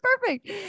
perfect